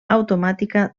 automàtica